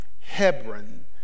Hebron